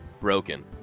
broken